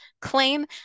claim